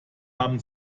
haben